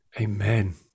amen